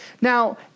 Now